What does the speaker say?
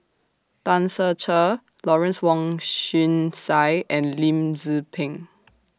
Tan Ser Cher Lawrence Wong Shyun Tsai and Lim Tze Peng